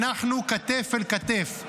אנחנו כתף אל כתף.